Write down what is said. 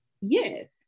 Yes